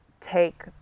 take